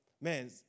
Man